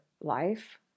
life